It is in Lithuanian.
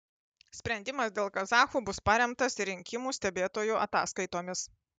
sprendimas dėl kazachų bus paremtas ir rinkimų stebėtojų ataskaitomis